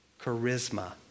charisma